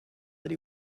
that